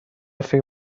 فکر